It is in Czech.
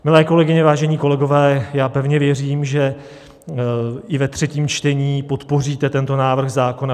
Milé kolegyně, vážení kolegové, pevně věřím, že i ve třetím čtení podpoříte tento návrh zákona.